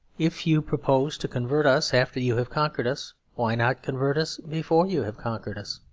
if you propose to convert us after you have conquered us, why not convert us before you have conquered us?